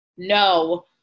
no